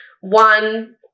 one